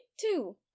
Two